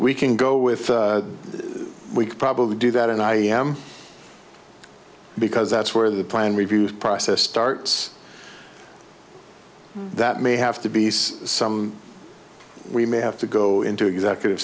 we can go with we could probably do that and i am because that's where the plan review process starts that may have to be some we may have to go into executive